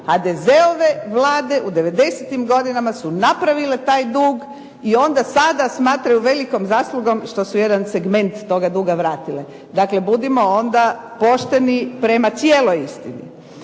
HDZ-ove vlade u devedesetim godinama su napravile taj dug i onda sada smatraju velikom zaslugom što su jedan segment toga duga vratile. Dakle budimo onda pošteni prema cijeloj istini.